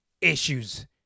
issues